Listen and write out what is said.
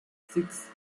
six